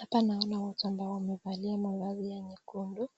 Hapa naona watu ambao wamevalia mavazi ya mekundu